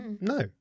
No